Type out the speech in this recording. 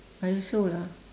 I also lah